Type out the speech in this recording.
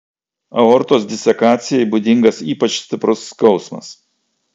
aortos disekacijai būdingas ypač stiprus skausmas